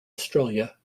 australia